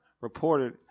reported